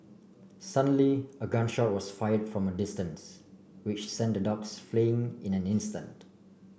suddenly a gun shot was fired from distance which sent the dogs fleeing in an instant